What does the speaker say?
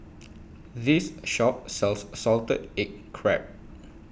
This Shop sells Salted Egg Crab